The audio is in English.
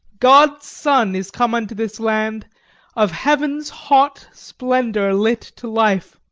god's son is come unto this land of heaven's hot splendour lit to life,